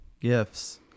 gifts